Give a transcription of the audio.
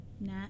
Nat